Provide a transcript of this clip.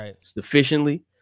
sufficiently